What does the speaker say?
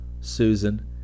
Susan